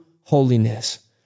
holiness